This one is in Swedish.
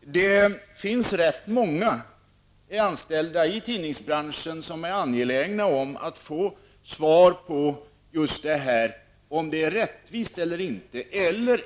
Det finns ganska många anställda i tidningsbranschen som är angelägna om att få svar på just detta, om det är rättvist eller inte.